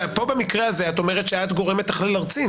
פה במקרה הזה את אומרת שאת גורם מתכלל ארצי.